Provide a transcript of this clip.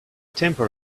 temper